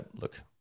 look